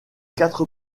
quatre